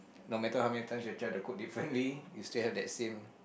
no matter how many times you try to cook differently you still have that same